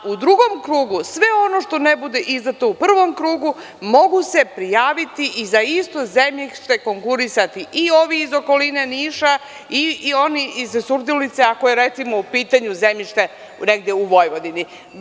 U drugom krugu sve ono što ne bude izdato u prvom krugu mogu se prijaviti i za isto zemljište konkurisati i ovi iz okoline Niša i oni iz Sudulice, ako je recimo u pitanju zemljište negde u Vojvodini.